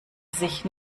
sich